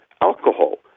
alcohol